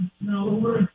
No